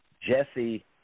jesse